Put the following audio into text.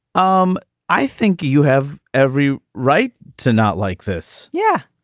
um i think you have every right to not like this. yeah,